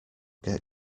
get